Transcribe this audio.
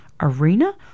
Arena